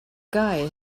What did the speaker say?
guy